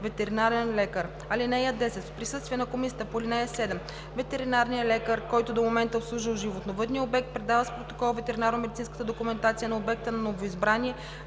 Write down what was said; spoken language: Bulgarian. ветеринарен лекар. (10) В присъствие на комисията по ал. 7 ветеринарният лекар, който до момента е обслужвал животновъдния обект, предава с протокол ветеринарномедицинската документация на обекта на новоизбрания